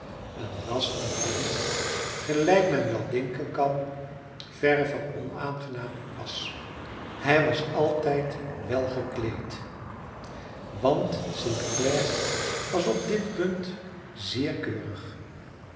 vroeg een last die hem gelijk men wel denken kan verre van onaangenaam was hij was altijd welgekleed want st clare was op dit punt zeer keurig